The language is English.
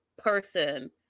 person